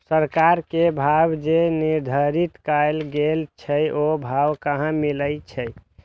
सरकार के भाव जे निर्धारित कायल गेल छै ओ भाव कहाँ मिले छै?